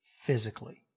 physically